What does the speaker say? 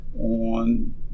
on